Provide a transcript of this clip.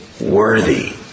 worthy